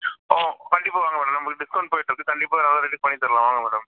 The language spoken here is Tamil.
உம் கண்டிப்பாக வாங்க மேடம் உங்களுக்கு டிஸ்கவுண்ட் போயிட்டுருக்குது கண்டிப்பாக நல்லா ரெடி பண்ணித் தருவோம் வாங்க மேடம்